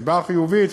והסיבה החיובית,